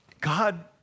God